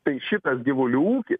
tai šitas gyvulių ūkis